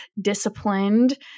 disciplined